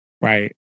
right